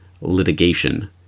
litigation